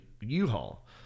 U-Haul